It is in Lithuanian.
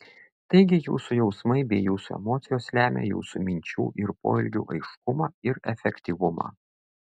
taigi jūsų jausmai bei jūsų emocijos lemia jūsų minčių ir poelgių aiškumą ir efektyvumą